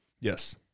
Yes